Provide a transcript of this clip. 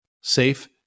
safe